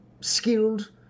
skilled